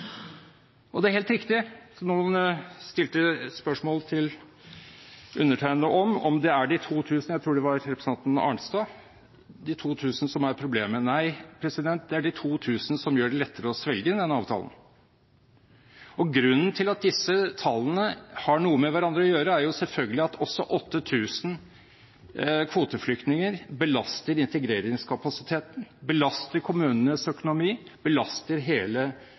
Det er helt riktig – som noen stilte spørsmål til undertegnede om, jeg tror det var representanten Arnstad – når det gjelder om det er de 2 000 som er problemet: Nei, det er de 2 000 som gjør det lettere å svelge denne avtalen. Grunnen til at disse tallene har noe med hverandre å gjøre, er selvfølgelig at også 8 000 kvoteflyktninger belaster integreringskapasiteten, belaster kommunenes økonomi, belaster hele